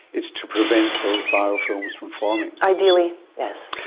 it's to prevent those biofilms from forming. ideally, yes.